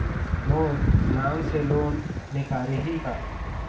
मोर नाम से लोन निकारिही का?